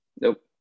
Nope